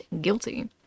Guilty